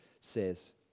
says